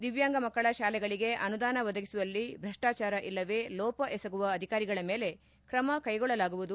ದಿವ್ಯಾಂಗ ಮಕ್ಕಳ ಶಾಲೆಗಳಿಗೆ ಅನುದಾನ ಒದಗಿಸುವಲ್ಲಿ ಭ್ರಷ್ಟಾಚಾರ ಇಲ್ಲವೆ ಲೋಪ ಎಸಗುವ ಅಧಿಕಾರಿಗಳ ಮೇಲೆ ಕ್ರಮ ಕೈಗೊಳ್ಳಲಾಗುವುದು